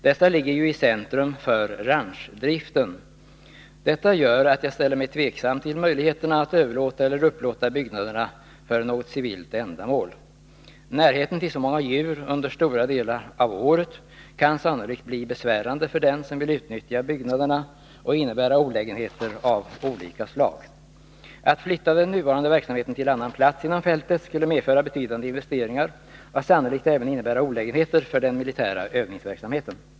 Dessa ligger ju i centrum för ranchdriften. Det gör att jag ställer mig tveksam till möjligheterna att överlåta eller upplåta byggnaderna för något civilt ändamål. Närheten till så många djur under stora delar av året kan sannolikt bli besvärande för den som vill utnyttja byggnaderna och innebära olägenheter av olika slag. Att flytta den nuvarande verksamheten till annan plats inom fältet skulle medföra betydande investeringar och sannolikt även innebära olägenheter för den militära övningsverksamheten.